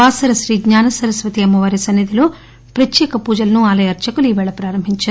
బాసర శ్రీ జ్ఞాన సరస్వతి అమ్మవారి సన్సి ధిలో ప్రత్యేక పూజలను ఆలయ అర్చకులు ఈరోజు ప్రారంభించారు